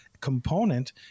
component